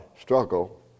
struggle